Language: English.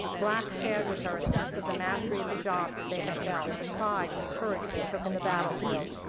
blacks shared with her a sense of the mastery of the jobs that they had felt, the pride and the courage they took in the battlefield.